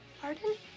Pardon